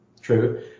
true